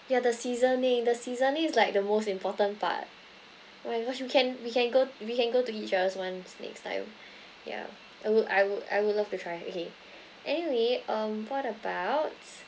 ya the seasoning the seasoning is like the most important part oh my gosh we can we can go we can go to each other's one's next time yeah I would I will I will love to try okay anyway um what about